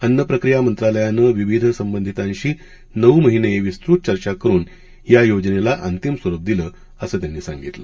अन्न प्रक्रिया मंत्रालयानं विविध संबंधितांशी नऊ महिने विस्तृत चर्चा करून या योजनेला अंतिम स्वरूप दिलं असं त्यांनी सांगितलं